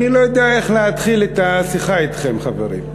אני לא יודע איך להתחיל את השיחה אתכם, חברים.